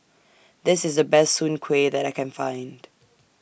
This IS The Best Soon Kway that I Can Find